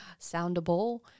soundable